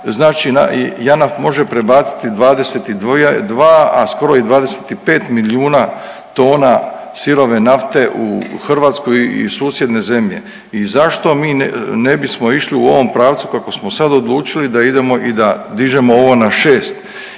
Znači JANAF može prebaciti 22, a skoro i 25 milijuna tona sirove nafte u Hrvatsku i susjedne zemlje. I zašto mi ne bismo išli u ovom pravcu kako smo sad odlučili i da dižemo ovo na 6